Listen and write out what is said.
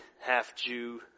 half-Jew